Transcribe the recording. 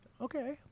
Okay